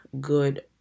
good